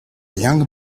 young